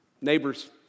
neighbors